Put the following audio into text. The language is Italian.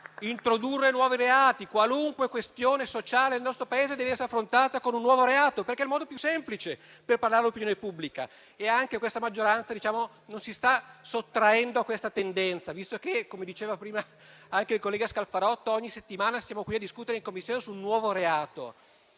introdurre nuovi reati. Qualunque questione sociale nel nostro Paese deve essere affrontata con un nuovo reato, perché è il modo più semplice per parlare all'opinione pubblica. Anche questa maggioranza non si sta sottraendo a questa tendenza, visto che - come diceva prima anche il collega Scalfarotto - ogni settimana siamo qui a discutere in Commissione di un nuovo reato.